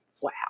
wow